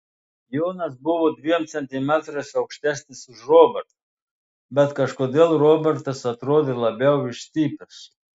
jonas buvo dviem centimetrais aukštesnis už robertą bet kažkodėl robertas atrodė labiau išstypęs